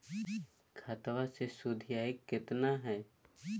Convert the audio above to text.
खतबा मे सुदीया कते हय?